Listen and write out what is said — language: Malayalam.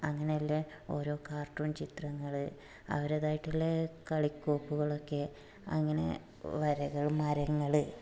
അങ്ങനെയുള്ള ഓരോ കാർട്ടൂൺ ചിത്രങ്ങൾ അവരുടേതായിട്ടുള്ള കളിക്കോപ്പുകളൊക്കെ അങ്ങനെ വരകൾ മരങ്ങൾ